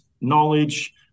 knowledge